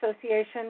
Association